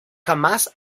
jamás